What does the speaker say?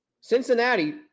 Cincinnati